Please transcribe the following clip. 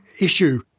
issue